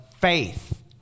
faith